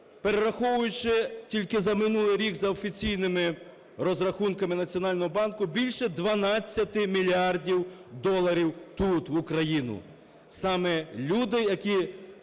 перераховуючи тільки за минулий рік за офіційними розрахунками Національного банку більше дванадцяти мільярдів доларів тут, в Україну.